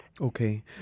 Okay